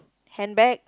handbag